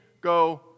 go